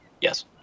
Yes